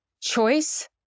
choice